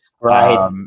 right